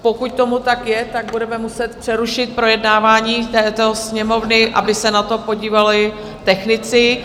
Pokud tomu tak je, budeme muset přerušit projednávání této Sněmovny, aby se na to podívali technici.